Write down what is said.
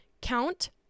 count